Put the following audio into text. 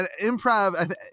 improv